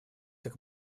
как